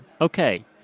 Okay